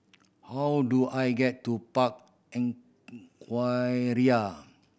how do I get to Park in